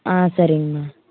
ஆ சரிங்கம்மா